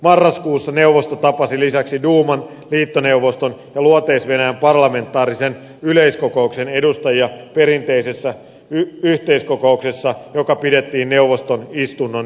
marraskuussa neuvosto tapasi lisäksi duuman liittoneuvoston ja luoteis venäjän parlamentaarisen yleiskokouksen edustajia perinteisessä yhteiskokouksessa joka pidettiin neuvoston istunnon yhteydessä